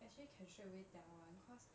actually can straightaway tell [one] cause